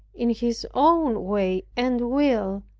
in his own way and will,